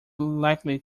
likely